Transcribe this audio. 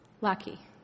lucky